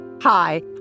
Hi